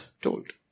told